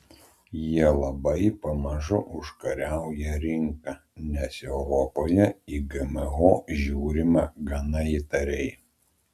jie labai pamažu užkariauja rinką nes europoje į gmo žiūrima gana įtariai